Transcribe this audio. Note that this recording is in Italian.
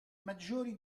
maggiori